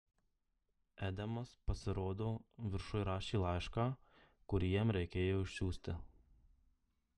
edemas pasirodo viršuj rašė laišką kurį jam reikėjo išsiųsti